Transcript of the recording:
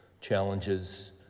challenges